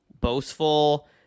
boastful